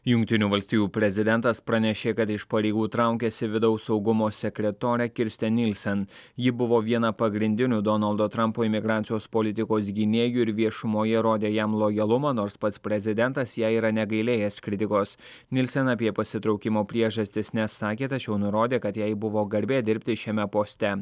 jungtinių valstijų prezidentas pranešė kad iš pareigų traukiasi vidaus saugumo sekretorė kirsten nilsen ji buvo viena pagrindinių donaldo trampo imigracijos politikos gynėjų ir viešumoje rodė jam lojalumą nors pats prezidentas jai yra negailėjęs kritikos nilsen apie pasitraukimo priežastis nesakė tačiau nurodė kad jai buvo garbė dirbti šiame poste